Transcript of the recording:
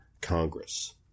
Congress